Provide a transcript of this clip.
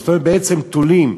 זאת אומרת, בעצם תולים,